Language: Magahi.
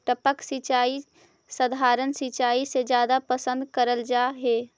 टपक सिंचाई सधारण सिंचाई से जादा पसंद करल जा हे